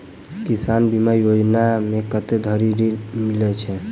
किसान बीमा योजना मे कत्ते धरि ऋण मिलय छै?